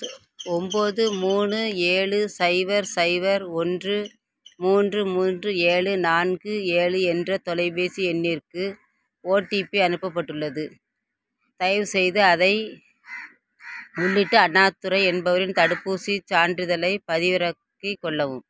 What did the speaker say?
ஒம்பது மூணு ஏழு சைபர் சைபர் ஒன்று மூன்று மூன்று ஏழு நான்கு ஏழு என்ற தொலைபேசி எண்ணிற்கு ஓடிபி அனுப்பப்பட்டுள்ளது தயவுசெய்து அதை உள்ளிட்டு அண்ணாதுரை என்பவரின் தடுப்பூசிச் சான்றிதழைப் பதிவிறக்கிக் கொள்ளவும்